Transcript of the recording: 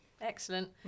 excellent